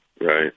right